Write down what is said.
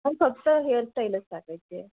पण फक्त हेअरस्टाईलच टाकायची आहे